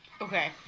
Okay